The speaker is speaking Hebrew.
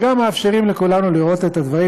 וגם מאפשרים לכולנו לראות את הדברים,